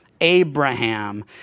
Abraham